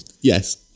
Yes